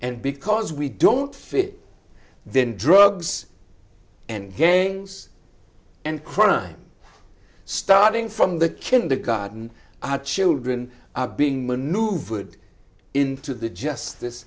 and because we don't fit then drugs and gangs and crime starting from the kindergarten our children are being maneuvered into the justice